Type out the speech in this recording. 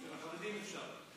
אצל החרדים אפשר.